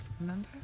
remember